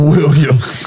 Williams